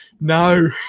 no